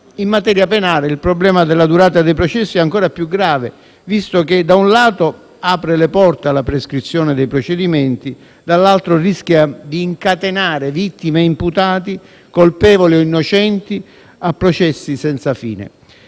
In materia penale il problema della durata dei processi è ancora più grave, visto che da un lato apre le porte alla prescrizione dei procedimenti e dall'altro rischia di incatenare vittime e imputati, colpevoli e innocenti, a processi senza fine.